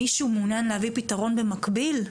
מישהו מעוניין להביא פתרון במקביל?